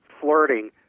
flirting